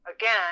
again